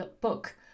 book